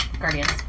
guardians